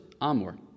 Amor